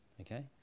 Okay